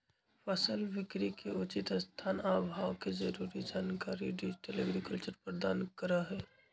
फसल बिकरी के उचित स्थान आ भाव के जरूरी जानकारी डिजिटल एग्रीकल्चर प्रदान करहइ